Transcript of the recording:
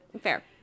Fair